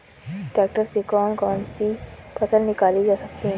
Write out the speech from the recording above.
Tractor से कौन कौनसी फसल निकाली जा सकती हैं?